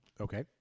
Okay